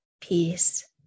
peace